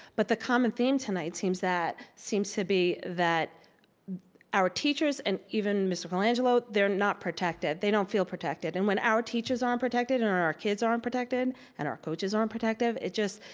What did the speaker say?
but the common theme tonight seems that, seems to be that our teachers and even mr. colangelo, they're not protected. they don't feel protected and when our teachers aren't protected and our our kids aren't protected and our coaches aren't protective, it just,